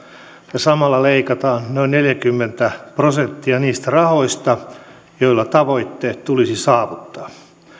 ja samalla leikataan noin neljäkymmentä prosenttia niistä rahoista joilla tavoitteet tulisi saavuttaa